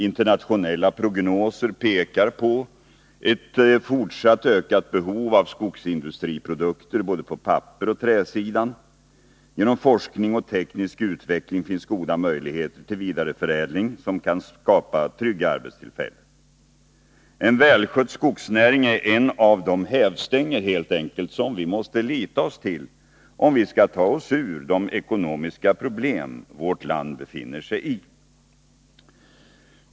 Internationella prognoser pekar på ett fortsatt ökat behov av skogsindustriprodukter på både pappersoch träsidan. Genom forskning och teknisk utveckling finns goda möjligheter till vidareförädling som kan skapa trygga arbetstillfällen. En välskött skogsnäring är en av de hävstänger helt enkelt som vi måste lita oss till om vi skall lösa de ekonomiska problem som vårt land nu har.